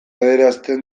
adierazten